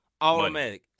Automatic